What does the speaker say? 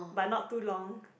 but not too long